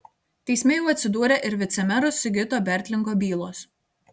teisme jau atsidūrė ir vicemero sigito bertlingo bylos